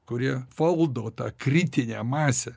kurie valdo tą kritinę masę